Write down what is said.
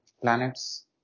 planets